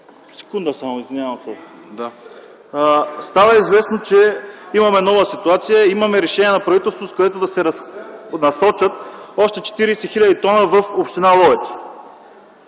Секунда само, господин председател. Става известно, че имаме нова ситуация - имаме решение на правителството, с което да се насочат още 40 хил. т. в Община Ловеч.